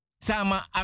sama